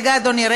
רגע, אדוני.